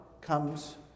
comes